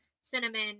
cinnamon